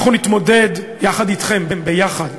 אנחנו נתמודד יחד אתכם, ביחד.